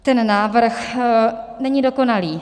Ten návrh není dokonalý.